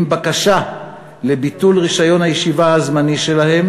עם בקשה לביטול רישיון הישיבה הזמני שלהם